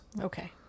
Okay